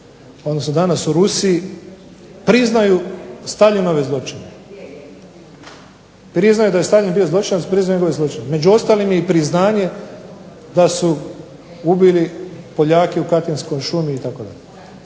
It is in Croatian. odnosno danas u Rusiji priznaju Staljinove zločine. Priznaju da je Staljin bio zločinac, priznaju njegove zločine, među ostalim i priznanje da su ubili Poljake u …/Govornik se ne